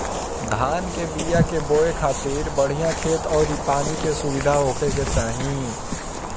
धान कअ बिया के बोए खातिर बढ़िया खेत अउरी पानी के सुविधा होखे के चाही